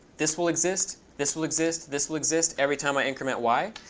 this will exist. this will exist. this will exist every time i increment y.